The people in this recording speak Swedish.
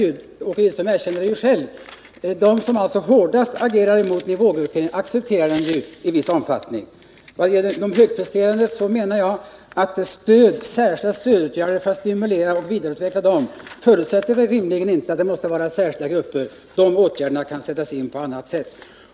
Åke Gillström erkände det själv: De som hårdast agerar mot en nivågruppering accepterar den i viss omfattning. Särskilda stödåtgärder för att stimulera och vidareutveckla de högpresterande förutsätter rimligen inte att de måste arbeta i särskilda grupper. Sådana åtgärder kan sättas in på annat sätt.